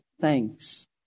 thanks